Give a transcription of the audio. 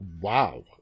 wow